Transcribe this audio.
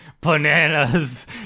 bananas